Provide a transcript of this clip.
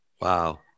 Wow